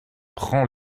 prend